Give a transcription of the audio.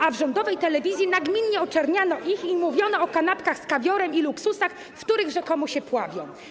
A w rządowej telewizji nagminnie oczerniano ich i mówiono o kanapkach z kawiorem i luksusach, w których rzekomo się pławią.